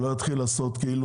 שלא יתחיל לעשות כאילו